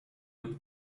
with